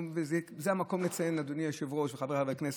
זה המקום לציין זאת אדוני היושב-ראש וחבריי חברי הכנסת.